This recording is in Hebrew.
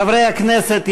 חברי הכנסת,